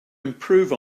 improve